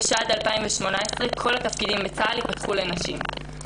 שבשנת 2018 כל התפקידים בצה"ל ייפתחו לנשים.